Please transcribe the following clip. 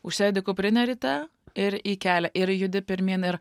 užsidedi kuprinę ryte ir į kelią ir judi pirmyn ir